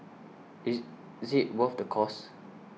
is is it worth the cost